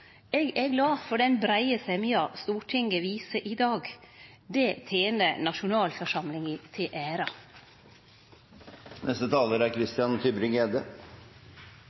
Eg er glad for den breie semja Stortinget viser i dag. Det tener nasjonalforsamlinga til